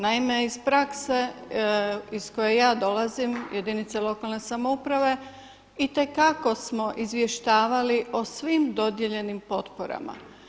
Naime iz prakse iz koje ja dolazim jedinice lokalne samouprave itekako smo izvještavali o svim dodijeljenim potporama.